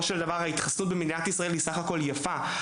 ההתחסנות במדינת ישראל יפה,